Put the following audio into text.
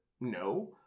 No